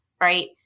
right